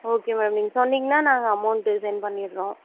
okay madam நீங்கள் சொன்னிங்கனா நாங்கள் அமௌண்ட்டு சென்ட் பண்ணிடறோம்